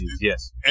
yes